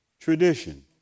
tradition